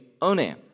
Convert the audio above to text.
Onam